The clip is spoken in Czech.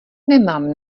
nemám